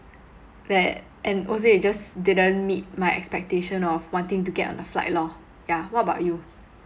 that and also it just didn't meet my expectation of wanting to get on a flight lor yeah what about you